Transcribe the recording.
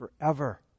forever